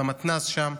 במתנ"ס שם,